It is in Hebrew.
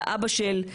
לאבא של.